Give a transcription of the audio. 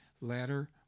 ladder